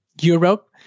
Europe